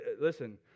listen